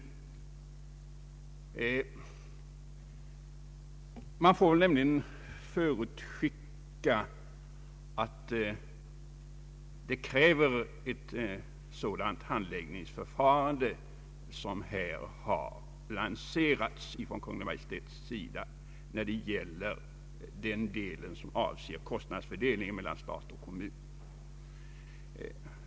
Man får nämligen förutskicka att det krävs ett sådant handläggningsförfarande som här lanserats från Kungl. Maj:ts sida när det gäller den del som avser kostnadsfördelningen mellan stat och kommun.